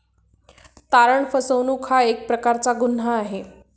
तारण फसवणूक हा एक प्रकारचा गुन्हा आहे